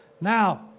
now